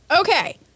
Okay